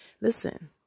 listen